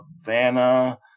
Vanna